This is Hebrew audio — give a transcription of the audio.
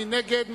מי נגד?